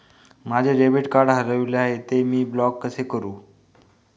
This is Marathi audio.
माझे डेबिट कार्ड हरविले आहे, ते मी ब्लॉक कसे करु?